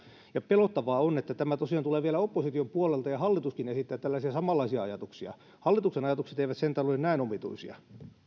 ja pelottavaa on että tämä tosiaan tulee vielä opposition puolelta ja hallituskin esittää tällaisia samanlaisia ajatuksia hallituksen ajatukset eivät sentään ole näin omituisia